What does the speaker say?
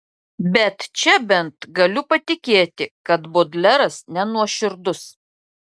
bet čia bent galiu patikėti kad bodleras nenuoširdus